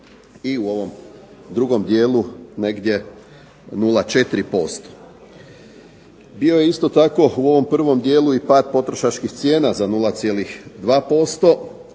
i u ovom drugom dijelu negdje 0,4%. Bio je isto tako u ovom prvom dijelu i pad potrošačkih cijena za 0,2%